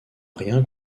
rien